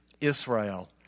Israel